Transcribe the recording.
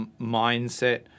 mindset